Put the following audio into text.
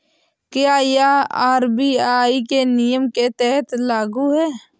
क्या यह आर.बी.आई के नियम के तहत लागू है?